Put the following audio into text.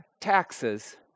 taxes